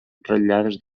ratllades